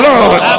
Lord